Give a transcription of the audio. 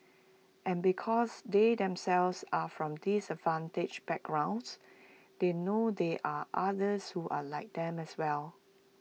and because they themselves are from disadvantaged backgrounds they know there are others who are like them as well